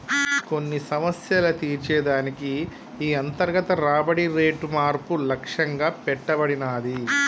కొన్ని సమస్యలు తీర్చే దానికి ఈ అంతర్గత రాబడి రేటు మార్పు లక్ష్యంగా పెట్టబడినాది